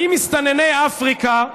האם מסתנני אפריקה,